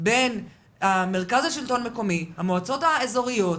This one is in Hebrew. בין המרכז לשלטון מקומי, המועצות האזוריות,